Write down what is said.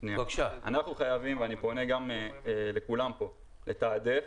אני חייב להגיד עוד משפט: אני פונה לכולם כאן ומבקש לתעדף